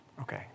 okay